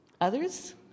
Others